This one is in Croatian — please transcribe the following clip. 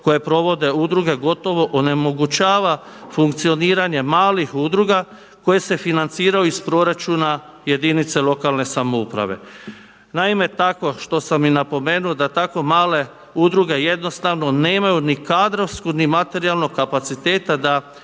koje provode udruge gotovo onemogućava funkcioniranje malih udruga koje se financiraju iz proračuna jedinice lokalne samouprave. Naime, tako što sam i napomenuo da tako male udruge jednostavno nemaju ni kadrovsku ni materijalnog kapaciteta da